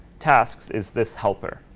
tasks is this helper.